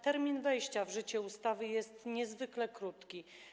Termin wejścia w życie ustawy jest jednak niezwykle krótki.